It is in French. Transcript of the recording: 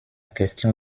question